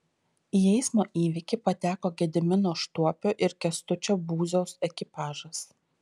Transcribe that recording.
į eismo įvykį pateko gedimino štuopio ir kęstučio būziaus ekipažas